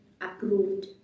approved